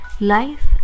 life